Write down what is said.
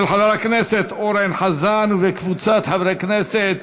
של חבר הכנסת אורן חזן וקבוצת חברי הכנסת,